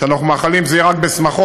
אנחנו מאחלים שזה יהיה רק בשמחות,